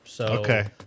Okay